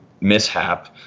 mishap